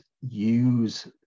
use